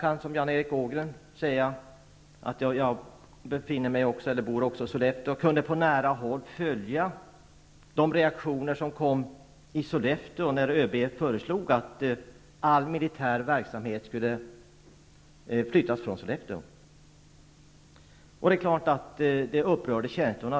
Precis som Jan Erik Ågren sade bor jag i Sollefteå och har på nära håll kunnat följa de reaktioner som kom till uttryck i Sollefteå när ÖB föreslog att all militär verksamhet skulle flyttas därifrån. Det är klart att känslorna upprördes.